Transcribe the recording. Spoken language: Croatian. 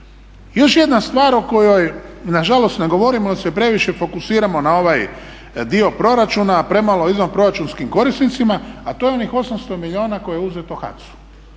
Još jedna stvar o kojoj nažalost ne govorimo jer se previše fokusiramo na ovaj dio proračuna, a premalo izvanproračunskim korisnicima, a to je onih 800 milijuna kuna koje je uzeto HAC-u.